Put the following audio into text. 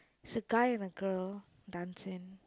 it's a guy and a girl dancing